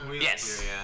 Yes